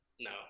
No